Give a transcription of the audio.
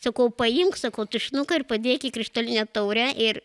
sakau paimk sakau tušinuką ir padėk į krištolinę taurę ir